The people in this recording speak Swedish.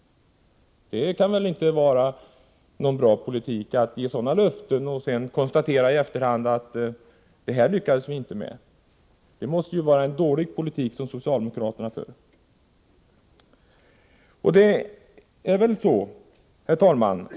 Det kan väl inte vara någon bra politik att ge sådana löften och sedan i efterhand konstatera att man inte har lyckats. Det måste vara en dålig politik som socialdemokraterna för. Herr talman!